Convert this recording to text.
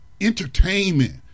entertainment